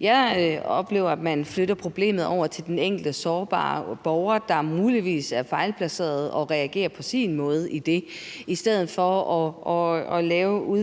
Jeg oplever, at man ved at udvide mulighederne for magtanvendelse flytter problemet over til den enkelte sårbare borger, der muligvis er fejlplaceret og reagerer på sin måde i det. Men jeg vil sige